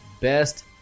best